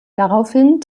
daraufhin